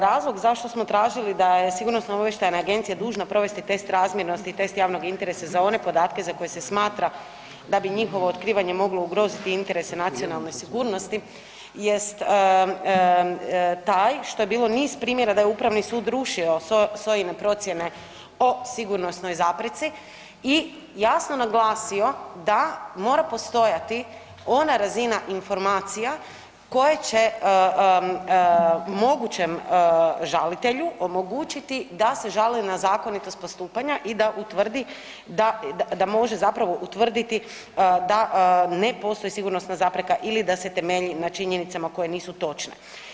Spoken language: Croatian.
Razlog zašto smo tražili da je SOA dužna provesti test razmjernosti i test javnog interesa za one podatke za koje se smatra da bi njihovo otkrivanje moglo ugroziti interese nacionalne sigurnosti jest taj šta je bilo niz primjera da je Upravni sud rušio SOA-ine procjene o sigurnosnoj zapreci i jasno naglasio da mora postojati ona razina informacija koje će mogućem žalitelju omogućiti da se žali na zakonitost postupanja i da utvrdi da može zapravo utvrditi da ne postoji sigurnosna zapreka ili da se temelji na činjenicama koje nisu točne.